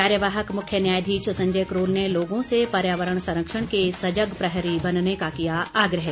कार्यवाहक मुख्य न्यायाधीश संजय करोल ने लोगों से पर्यावरण संरक्षण के सजग प्रहरी बनने का किया आग्रह